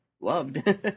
loved